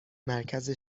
مرکز